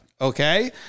Okay